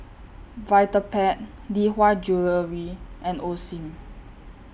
Vitapet Lee Hwa Jewellery and Osim